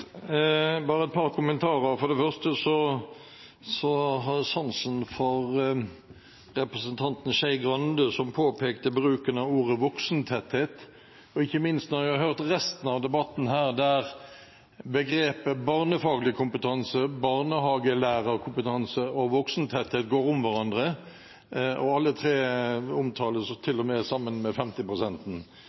Bare et par kommentarer. For det første har jeg sansen for representanten Skei Grande som påpekte bruken av ordet «voksentetthet», ikke minst etter at jeg har hørt resten av debatten her, der begrepene «barnefaglig kompetanse», «barnehagelærerkompetanse» og «voksentetthet» går om hverandre – alle tre omtales jo til og med sammen med 50